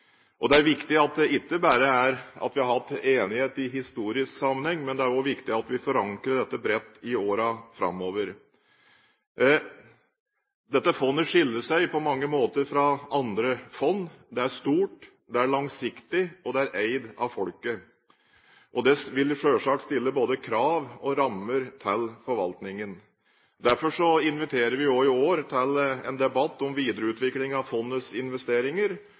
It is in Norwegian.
er ikke bare viktig at vi har hatt enighet i historisk sammenheng. Det er også viktig at vi forankrer dette bredt i årene framover. Dette fondet skiller seg på mange måter fra andre fond. Det er stort, det er langsiktig, og det er eid av folket. Det vil selvsagt både stille krav til og legge rammer for forvaltningen. Derfor inviterer vi også i år til en debatt om videreutvikling av fondets investeringer.